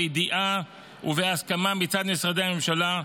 בידיעה ובהסכמה מצד משרדי הממשלה,